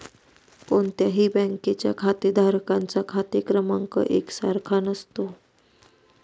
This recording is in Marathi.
कोणत्याही बँकेच्या खातेधारकांचा खाते क्रमांक एक सारखा नसतो